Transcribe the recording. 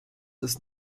ist